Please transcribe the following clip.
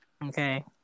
Okay